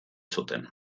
zuten